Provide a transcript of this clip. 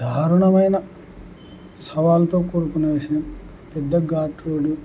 దారుణమైన సవాలుతో కూడుకునేసి పెద్ద ఘాట్ రోడ్